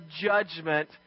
judgment